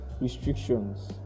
restrictions